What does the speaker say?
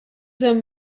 them